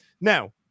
Now